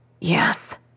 Yes